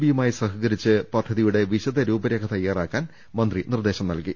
ബിയുമായി സഹകരിച്ച് പദ്ധതിയുടെ വിശദ രൂപ രേഖ തയ്യാറാക്കാൻ മന്ത്രി നിർദ്ദേശം നൽകി